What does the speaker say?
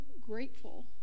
grateful